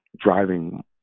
driving